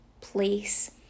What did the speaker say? place